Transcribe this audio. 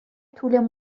طول